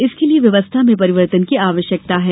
इसके लिये व्यवस्था में परिवर्तन की आवश्यकता है